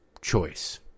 choice